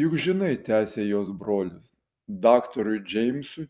juk žinai tęsė jos brolis daktarui džeimsui